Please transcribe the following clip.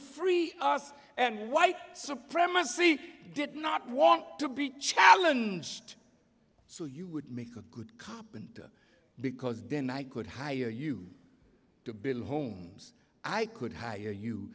free us white supremacy did not want to be challenge so you would make a good carpenter because then i could hire you to build homes i could hire you